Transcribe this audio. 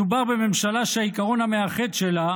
מדובר בממשלה שהעיקרון המאחד שלה